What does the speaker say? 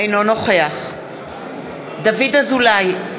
אינו נוכח דוד אזולאי,